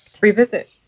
revisit